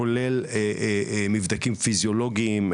כולל מבדקים פיזיולוגיים,